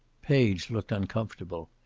page looked uncomfortable.